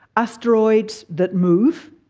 asteroids that move,